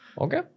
Okay